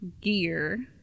Gear